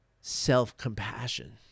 self-compassion